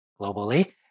globally